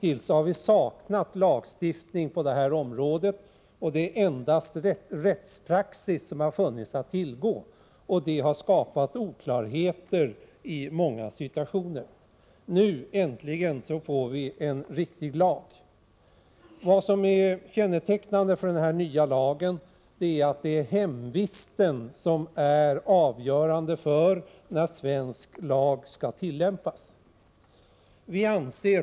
Hittills har vi saknat lagstiftning på det här området — endast rättspraxis har funnits att tillgå. Det har skapat oklarheter i många situationer. Nu, äntligen, får vi en riktig lag. Kännetecknande för denna nya lag är att det är hemvisten som är avgörande för när svensk lag skall tillämpas.